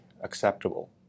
acceptable